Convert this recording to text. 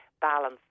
balance